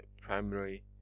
primary